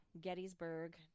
Gettysburg